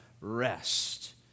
rest